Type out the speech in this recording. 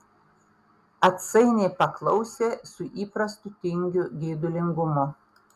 atsainiai paklausė su įprastu tingiu geidulingumu